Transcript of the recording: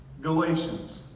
Galatians